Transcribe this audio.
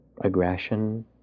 aggression